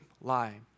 lie